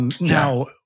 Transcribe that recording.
Now